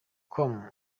com